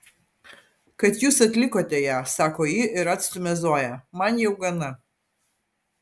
kad jūs atlikote ją sako ji ir atstumia zoją man jau gana